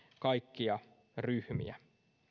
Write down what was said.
kaikkia ryhmiä